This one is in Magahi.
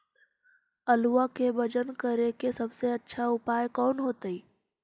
आलुआ के वजन करेके सबसे अच्छा उपाय कौन होतई?